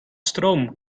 stroom